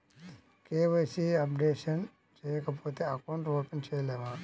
KYC updation చేయకపోతే account open చేయలేమా?